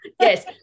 Yes